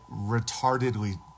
retardedly